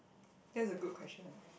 that's a good question